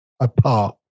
apart